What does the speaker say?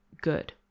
good